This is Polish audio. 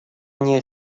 nie